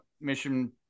mission